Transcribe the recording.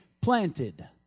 planted